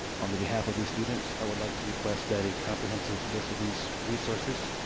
on the behalf of these students, i would like to request that a comprehensive list of these resources,